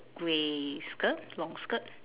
grey skirt long skirt